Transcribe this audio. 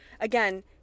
Again